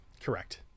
Correct